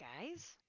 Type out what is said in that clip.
guys